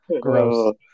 Gross